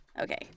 okay